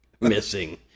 missing